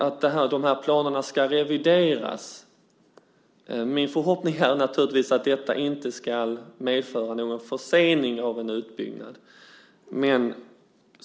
När de här planerna ska revideras är min förhoppning naturligtvis att detta inte ska medföra någon försening av utbyggnad.